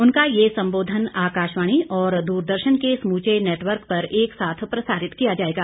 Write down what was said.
उनका यह संबोधन आकाशवाणी और दूरदर्शन के समूचे नेटवर्क पर एक साथ प्रसारित किया जाएगा